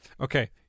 Okay